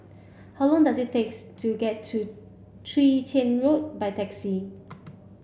how long does it takes to get to Chwee Chian Road by taxi